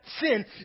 sin